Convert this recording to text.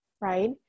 right